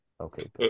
Okay